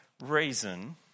reason